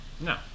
No